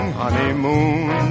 honeymoon